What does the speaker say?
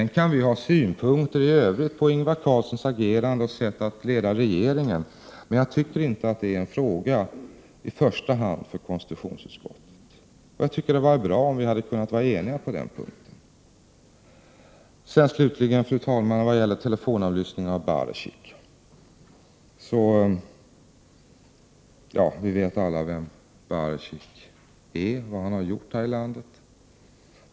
Vi kan ha synpunkter i övrigt på Ingvar Carlssons agerande och sätt att leda regeringen, men jag tycker inte att det är en fråga i första hand för konstitutionsutskottet. Det hade varit bra om vi hade kunnat vara eniga på den punkten. Slutligen, fru talman, vad gäller telefonavlyssningen av Baresic — vi vet alla vem Baresic är och vad han har gjort här i landet.